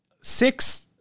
Six